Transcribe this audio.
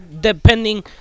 Depending